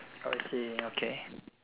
oh I see okay